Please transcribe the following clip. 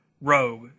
rogue